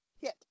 hit